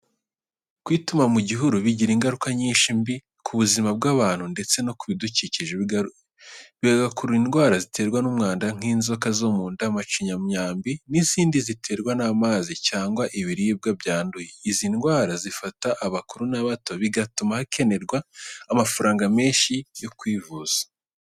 Kwituma mu gihuru bigira ingaruka nyinshi mbi ku buzima bw’abantu ndetse no ku bidukikije, bigakurura indwara ziterwa n’umwanda nk’inzoka zo mu nda, macinyamyambi, n’izindi ziterwa n’amazi cyangwa ibiribwa byanduye. Izi ndwara zifata abakuru n’abato, bigatuma hakenerwa amafaranga menshi yo kwivuza.